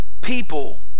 People